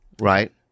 right